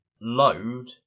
load